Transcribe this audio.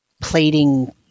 plating